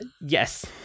Yes